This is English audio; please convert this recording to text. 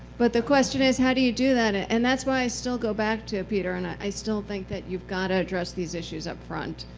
but the question is, how do you do that? ah and that's why i still go back to peter, and i still think that you've got to address these issues up front.